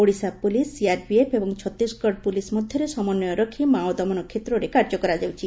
Odisha police CRPF ଏବଂ Chhattisgarh police ମଧରେ ସମନ୍ୱୟ ରଖି ମାଓ ଦମନ କ୍ଷେତ୍ରରେ କାର୍ଯ୍ୟ କରାଯାଉଛି